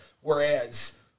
Whereas